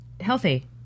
healthy